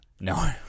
No